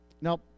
Now